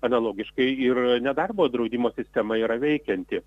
analogiškai ir nedarbo draudimo sistema yra veikianti